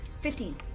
Fifteen